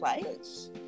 players